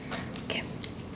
okay